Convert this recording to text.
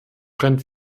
brennt